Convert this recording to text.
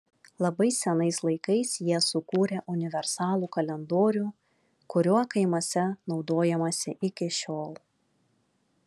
labai senais laikais jie sukūrė universalų kalendorių kuriuo kaimuose naudojamasi iki šiol